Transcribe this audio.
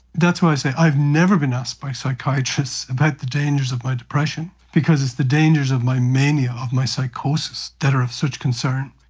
that's why i say i've never been asked by psychiatrists about the dangers of my depression because it's the dangers of my mania, of my psychosis that are of such concern.